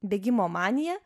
bėgimo manija